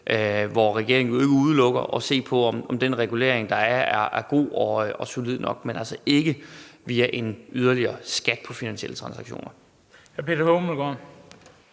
og regeringen udelukker jo ikke at se på, om den regulering, der er, er god og solid nok, men altså ikke via en yderligere skat på finansielle transaktioner.